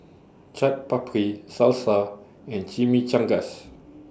Chaat Papri Salsa and Chimichangas